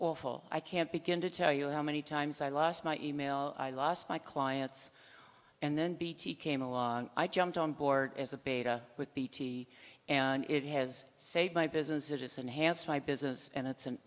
awful i can't begin to tell you how many times i lost my e mail i lost my clients and then bt came along i jumped on board as a beta with bt and it has saved my business it is enhanced my business and it's an